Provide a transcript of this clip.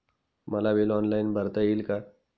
मला bill online भरता येईल का?